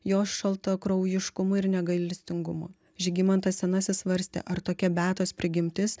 jos šaltakraujiškumu ir negailestingumu žygimantas senasis svarstė ar tokia beatos prigimtis